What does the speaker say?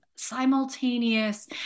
simultaneous